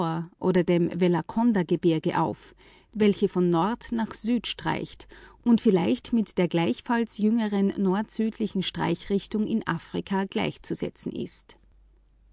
oder dem vellakondagebirge auf welche von nord nach süd streicht und vielleicht mit der gleichfalls jüngeren nordsüdlichen streichrichtung in afrika gleichzusetzen ist